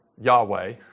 Yahweh